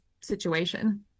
situation